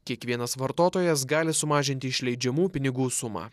kiekvienas vartotojas gali sumažinti išleidžiamų pinigų sumą